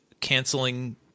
canceling